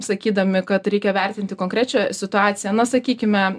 sakydami kad reikia vertinti konkrečią situaciją na sakykime